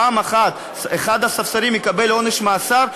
פעם אחת אחד הספסרים יקבל עונש מאסר,